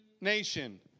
nation